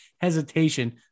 hesitation